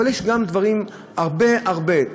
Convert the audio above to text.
אבל יש גם דברים הרבה הרבה,